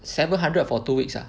seven hundred for two weeks ah